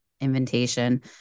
invitation